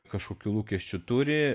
kažkokių lūkesčių turi